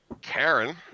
Karen